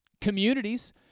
communities